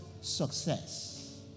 success